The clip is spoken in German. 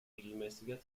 regelmäßiger